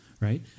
right